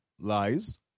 lies